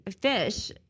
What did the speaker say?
fish